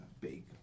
big